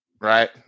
Right